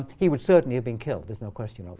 he would certainly have been killed. there's no question of